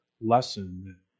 lesson